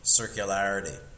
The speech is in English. circularity